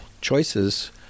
choices